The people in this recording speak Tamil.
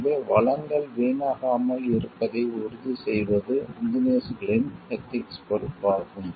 எனவே வளங்கள் வீணாகாமல் இருப்பதை உறுதி செய்வது இன்ஜினியர்ஸ்களின் எதிக்ஸ்ப் பொறுப்பாகும்